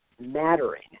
mattering